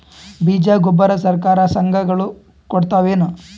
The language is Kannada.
ಬೀಜ ಗೊಬ್ಬರ ಸರಕಾರ, ಸಂಘ ಗಳು ಕೊಡುತಾವೇನು?